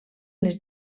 les